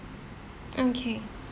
okay